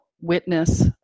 witness